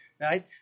right